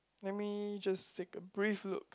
let me just take a brief look